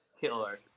Killer